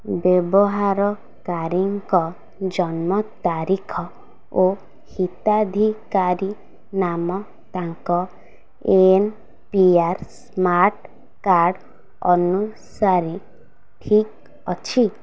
ବ୍ୟବହାରକାରୀଙ୍କ ଜନ୍ମ ତାରିଖ ଓ ହିତାଧିକାରୀ ନାମ ତାଙ୍କ ଏନ୍ପିଆର୍ସ୍ ସ୍ମାର୍ଟ କାର୍ଡ଼ ଅନୁସାରେ ଠିକ୍ ଅଛି